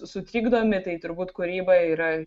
sutrikdomi tai turbūt kūryba yra